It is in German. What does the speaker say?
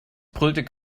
brüllte